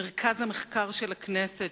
מרכז המחקר של הכנסת,